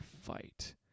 fight